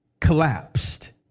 collapsed